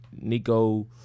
Nico